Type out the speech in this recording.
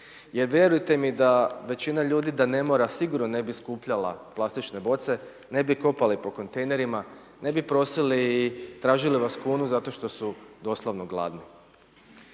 Jer vjerujte mi da većina ljudi da ne mora, sigurno ne bi skupljala plastične boce, ne bi kopali po kontejnerima, ne bi prosili, tražili vas kunu zato što su doslovno gladni.